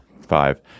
Five